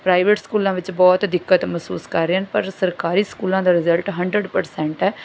private ਸਕੂਲਾਂ ਵਿੱਚ ਬਹੁਤ ਦਿੱਕਤ ਮਹਿਸੂਸ ਕਰ ਰਹੇ ਹਨ ਪਰ ਸਰਕਾਰੀ ਸਕੂਲਾਂ ਦਾ ਰਿਜ਼ਲਟ ਹੰਡਰਡ ਪਰਸੈਂਟ ਹੈ